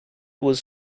was